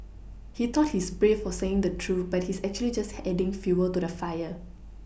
he thought he's brave for saying the truth but he's actually just adding fuel to the fire